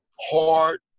Hard